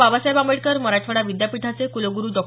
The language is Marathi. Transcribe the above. बाबासाहेब आंबेडकर मराठवाडा विद्यापीठाचे कुलगुरु डॉ